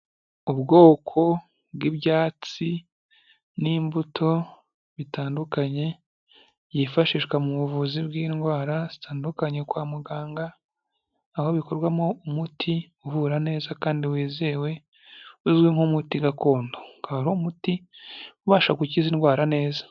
Ubwoko bw'ibyatsi n'imbuto bitandukanye byifashishwa mu buvuzi bw'indwara zitandukanye kwa muganga, aho bikorwamo umuti uvura neza kandi wizewe, uzwi nk'umuti gakondo, akaba ari umuti ubasha gukiza indwara neza.